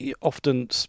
often